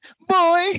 boy